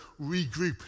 regroup